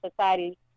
society